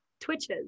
twitches